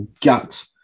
gut